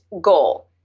goal